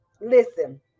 Listen